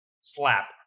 Slap